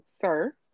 sir